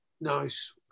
Nice